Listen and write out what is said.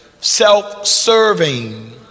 self-serving